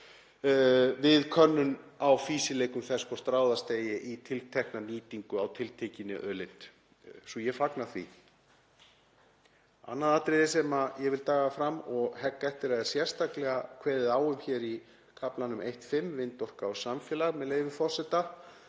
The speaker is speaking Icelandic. við könnun á fýsileika þess hvort ráðast eigi í nýtingu á tiltekinni auðlind. Svo ég fagna því. Annað atriði sem ég vil draga fram og hegg eftir er að það er sérstaklega kveðið á um hér í kaflanum 1.5, Vindorka og samfélag, með leyfi forseta: